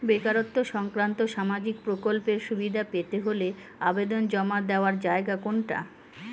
বেকারত্ব সংক্রান্ত সামাজিক প্রকল্পের সুবিধে পেতে হলে আবেদন জমা দেওয়ার জায়গা কোনটা?